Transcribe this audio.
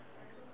ya